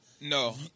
No